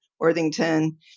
Worthington